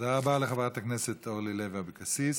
תודה רבה לחברת הכנסת אורלי לוי אבקסיס.